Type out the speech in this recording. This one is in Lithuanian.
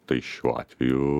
tai šiuo atveju